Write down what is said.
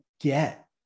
get